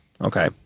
Okay